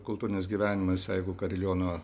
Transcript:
kultūrinis gyvenimas jeigu kariliono